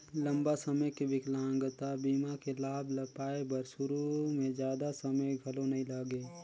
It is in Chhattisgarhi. लंबा समे के बिकलांगता बीमा के लाभ ल पाए बर सुरू में जादा समें घलो नइ लागे